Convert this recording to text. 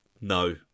No